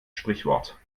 sprichwort